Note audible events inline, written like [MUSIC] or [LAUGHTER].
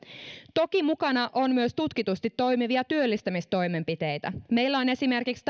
toki mukana on myös tutkitusti toimivia työllistämistoimenpiteitä meillä tampereella esimerkiksi [UNINTELLIGIBLE]